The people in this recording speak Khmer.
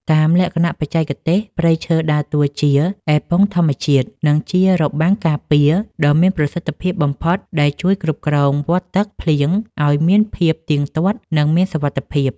តាមលក្ខណៈបច្ចេកទេស ព្រៃឈើដើរតួជា អេប៉ុងធម្មជាតិ និងជារបាំងការពារ ដ៏មានប្រសិទ្ធភាពបំផុតដែលជួយគ្រប់គ្រងវដ្តទឹកភ្លៀងឱ្យមានភាពទៀងទាត់ និងមានសុវត្ថិភាព។